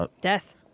Death